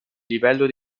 livello